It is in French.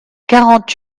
quarante